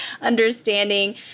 understanding